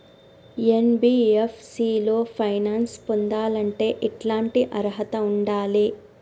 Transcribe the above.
NBFC లో finance పొందాలంటే ఎట్లాంటి అర్హత ఉండాలే?